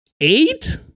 Eight